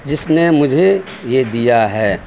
جس نے مجھے یہ دیا ہے